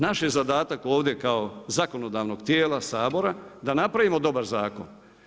Naš je zadatak ovdje kao zakonodavnog tijela Sabora da napravimo dobar zakon.